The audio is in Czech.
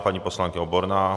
Paní poslankyně Oborná.